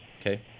Okay